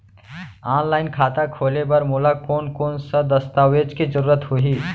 Online खाता खोले बर मोला कोन कोन स दस्तावेज के जरूरत होही?